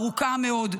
ארוכה מאוד.